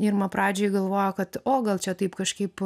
irma pradžiai galvojo kad o gal čia taip kažkaip